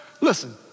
listen